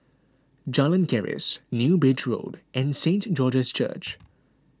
Jalan Keris New Bridge Road and Saint George's Church